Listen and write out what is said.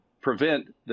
prevent